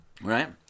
Right